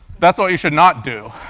that's what you should not do.